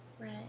Right